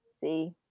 See